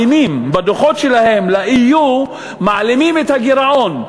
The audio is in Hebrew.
בדוחות שלהם ל-EU מעלימים את הגירעון.